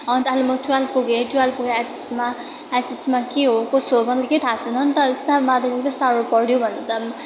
अन्त अहिले म टुवेल्भ पुगेँ टुवेल्भ पुगेर एचएसमा एचएसमा के हो कसो हो मलाई त केही थाह छैन नि त एक त माध्यमिक त साह्रो पऱ्यो भने त